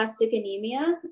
anemia